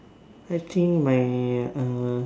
I think my uh